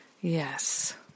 Yes